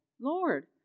Lord